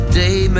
day